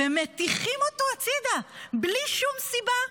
ומטיחים אותו הצידה בלי סיבה,